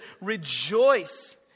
rejoice